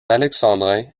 alexandrin